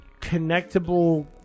connectable